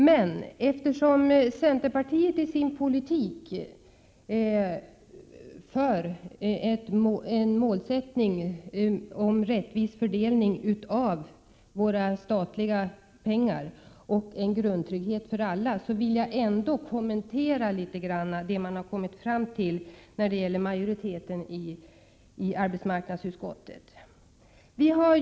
Men eftersom centerpartiet som målsättning i sin politik har en rättvis fördelning av våra statliga pengar och en grundtrygghet för alla, vill jag ändå litet grand kommentera det som majoriteten i arbetsmarknadsutskottet har kommit fram till.